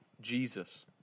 Jesus